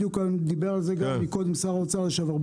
בדיוק דיבר על זה גם מקודם שר האוצר לשעבר,